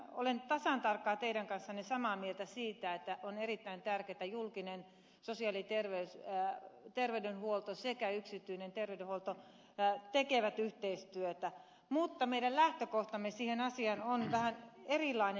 ihan olen tasan tarkkaan teidän kanssanne samaa mieltä siitä että on erittäin tärkeää että julkinen sosiaali ja terveydenhuolto sekä yksityinen terveydenhuolto tekevät yhteistyötä mutta meidän lähtökohtamme siihen asiaan on vähän erilainen